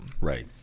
right